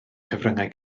cyfryngau